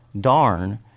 darn